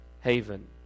haven